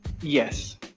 yes